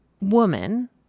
woman